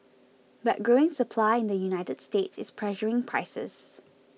but growing supply in the United States is pressuring prices